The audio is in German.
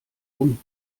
rum